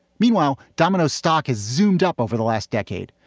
meanwhile, domino's stock has zoomed up over the last decade,